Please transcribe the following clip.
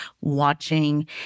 watching